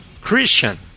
Christian